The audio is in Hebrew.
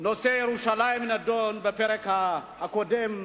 נושא ירושלים נדון בפרק הקודם,